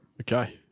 Okay